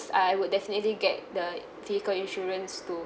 I would definitely get the vehicle insurance to